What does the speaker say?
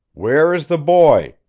where is the boy?